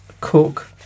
cook